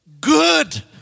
Good